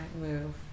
move